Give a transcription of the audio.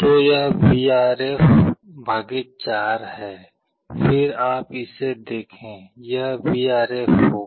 तो यह Vref 4 है फिर आप इसे देखें यह Vref होगा